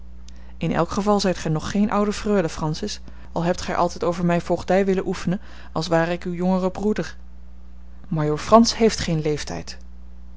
in elk geval zijt gij nog geen oude freule francis al hebt gij altijd over mij voogdij willen oefenen als ware ik uw jongere broeder majoor frans heeft geen leeftijd